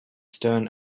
stern